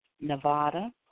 Nevada